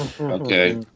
Okay